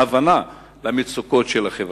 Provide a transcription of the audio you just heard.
והבנה למצוקות של החברה.